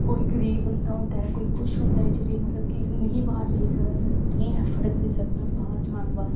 कोई गरीब बंदा होंदा ऐ कोई कुछ होंदा ऐ एह् जेह्ड़ा मतलब कि नेईं बाह्र जाई सकदा जेह्ड़ा नेईं ऐफ्फर्ट करी सकदा बाह्र जान बास्तै